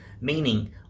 Meaning